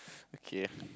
okay